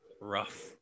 rough